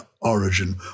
origin